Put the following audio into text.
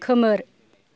खोमोर